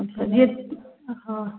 जीअं हा